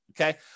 Okay